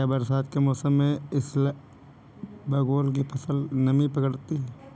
क्या बरसात के मौसम में इसबगोल की फसल नमी पकड़ती है?